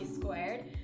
Squared